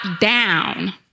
down